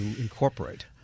incorporate